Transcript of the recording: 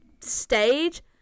stage